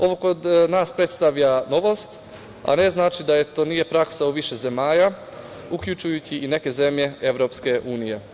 Ovo kod nas predstavlja novost, a ne znači da to nije praksa u više zemalja, uključujući i neke zemlje EU.